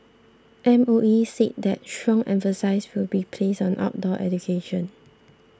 M O E said that strong emphasis will be placed on outdoor education